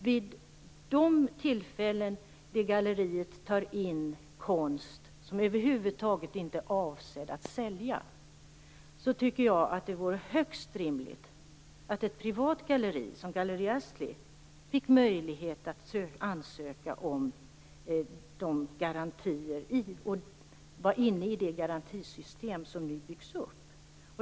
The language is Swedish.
Vid de tillfällen som detta galleri tar in konst som över huvud taget inte är avsedd att säljas vore det högst rimligt att man fick möjlighet att ansöka om garantier och komma in i det garantisystem som nu byggs upp.